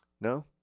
No